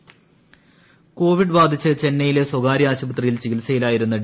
അന്തരിച്ചു കോവിഡ് ബാധിച്ച് പ്പെന്നൈയിലെ സ്വകാര്യ ആശുപത്രിയിൽ ചികിത്സയിലായിരുന്ന ജെ